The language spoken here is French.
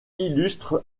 illustre